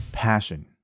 passion